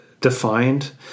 Defined